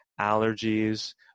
allergies